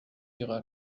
ihrer